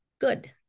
good